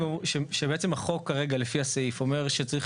כשבעצם החוק כרגע לפי הסעיף אומר שצריך